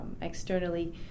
externally